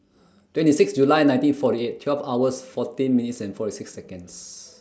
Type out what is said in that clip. twenty six July nineteen forty eight twelve hours fourteen minutes and forty six Seconds